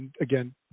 again